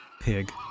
pig